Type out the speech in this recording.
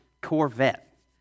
Corvette